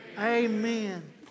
Amen